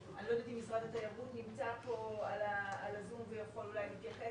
אני לא יודעת אם משרד התיירות נמצא פה בזום ויכול אולי להתייחס.